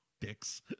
dicks